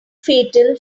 fatal